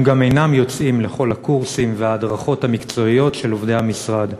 הם גם אינם יוצאים לכל הקורסים וההדרכות המקצועיות של עובדי המשרד,